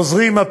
חוזרים,